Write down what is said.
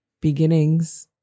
beginnings